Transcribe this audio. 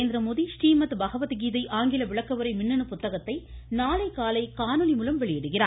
நரேந்திரமோடி றீமத் பகவத்கீதை ஆங்கில விளக்கவுரை மின்னனு புத்தகத்தை நாளை காலை காணொலிமூலம் வெளியிடுகிறார்